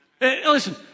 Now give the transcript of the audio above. Listen